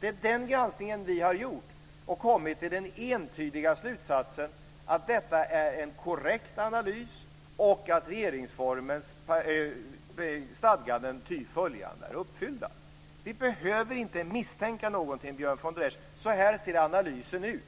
Det är den granskningen vi har gjort, och vi har då kommit till den entydiga slutsatsen att detta är en korrekt analys och att regeringsformens stadganden ty följande är uppfyllda. Vi behöver inte misstänka någonting, Björn von der Esch. Så här ser analysen ut.